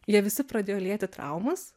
jie visi pradėjo lieti traumas